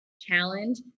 challenge